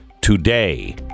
today